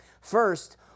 First